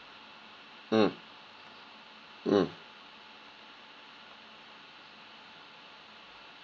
mm mm